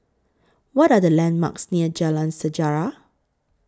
What Are The landmarks near Jalan Sejarah